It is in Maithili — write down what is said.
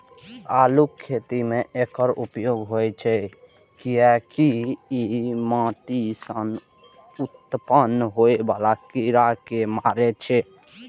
आलूक खेती मे एकर उपयोग होइ छै, कियैकि ई माटि सं उत्पन्न होइ बला कीड़ा कें मारै छै